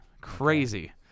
crazy